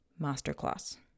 masterclass